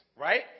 right